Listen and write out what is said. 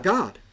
God